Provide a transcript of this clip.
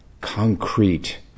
concrete